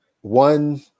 one